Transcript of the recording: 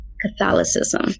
Catholicism